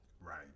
right